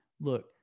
look